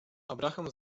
abraham